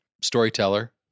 storyteller